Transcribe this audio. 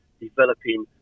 developing